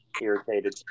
Irritated